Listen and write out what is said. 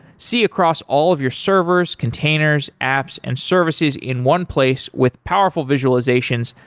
see across all of your servers, containers, apps and services in one place with powerful visualizations,